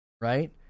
Right